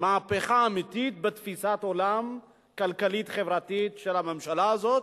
מהפכה אמיתית בתפיסת העולם הכלכלית-חברתית של הממשלה הזאת,